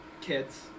kids